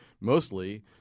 mostly